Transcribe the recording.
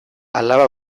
alaba